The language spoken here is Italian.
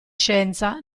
scienza